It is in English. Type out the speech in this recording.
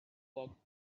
walked